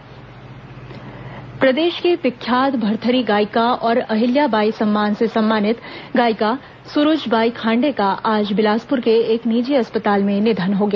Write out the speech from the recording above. सुरूज बाई खांडे निधन प्रदेश की विख्यात भरथरी गायिका और अहिल्या बाई सम्मान से सम्मानित गायिका सुरुज बाई खांडे का आज बिलासपुर के एक निजी अस्पताल में निधन हो गया